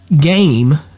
game